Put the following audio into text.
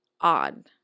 odd